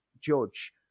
judge